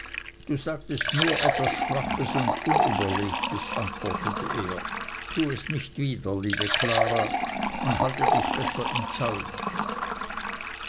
du sagtest nur etwas schwaches und unüberlegtes antwortete er tue es nicht wieder liebe klara und halte dich besser im zaum